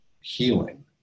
healing